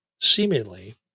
Seemingly